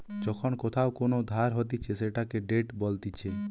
যখন কোথাও কোন ধার হতিছে সেটাকে ডেট বলতিছে